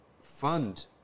fund